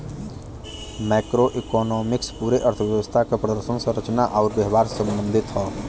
macroeconomics पूरे अर्थव्यवस्था क प्रदर्शन, संरचना आउर व्यवहार से संबंधित हौ